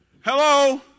Hello